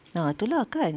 ah tu lah kan